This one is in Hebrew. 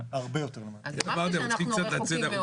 אז אמרתי שאנחנו רחוקים מאוד.